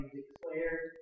declared